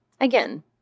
Again